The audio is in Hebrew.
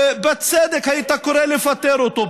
ובצדק היית קורא לפטר אותו.